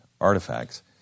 artifacts